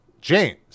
James